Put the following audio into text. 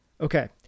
Okay